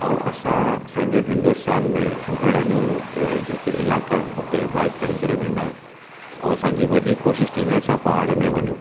अऊं असां सॼे हिंदुस्तान में घणनि ही जेके इलाका आइन उते बाइक खणी करे वेंदा आयूं ओ असांजी वॾी कोशिशि थींदसि पहाड़नि में वञियूं